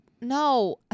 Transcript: no